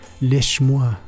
lèche-moi